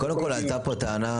קודם כול עלתה פה טענה,